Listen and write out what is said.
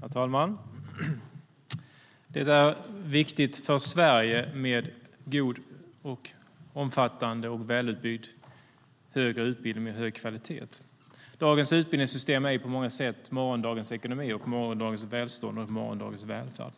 Herr talman! Det är viktigt för Sverige med god, omfattande och välutbyggd högre utbildning med hög kvalitet. Dagens utbildningssystem är på många sätt morgondagens ekonomi, välstånd och välfärd.